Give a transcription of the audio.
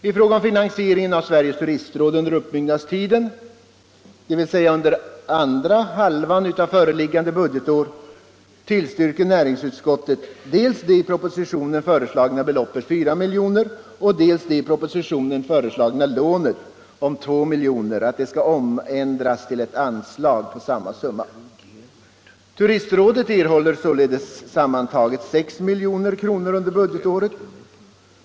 I fråga om finansieringen av Sveriges turistråd under uppbyggnadstiden, dvs. under andra halvan av det föreliggande budgetåret, tillstyrker näringsutskottet dels det i propositionen föreslagna beloppet 4 milj.kr., dels att det i propositionen föreslagna lånet om 2 miljoner skall omändras till ett anslag på samma summa. Turistrådet erhåller således sammanlagt 6 milj.kr. under budgetåret.